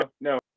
no